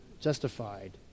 justified